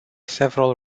several